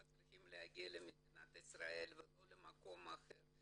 צריכים להגיע למדינת ישראל ולא למקום אחר,